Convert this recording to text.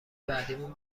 بعدمون